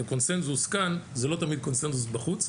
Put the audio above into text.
זה קונצנזוס כאן, זה לא תמיד קונצנזוס בחוץ.